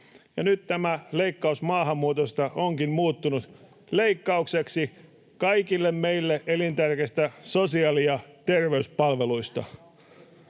nyt tämä leikkaus maahanmuutosta onkin muuttunut leikkaukseksi kaikille meille elintärkeistä sosiaali- ja terveyspalveluista.